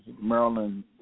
Maryland